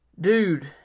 dude